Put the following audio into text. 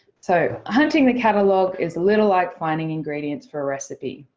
so hunting the catalogue is a little like finding ingredients for a recipe.